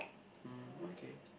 mm okay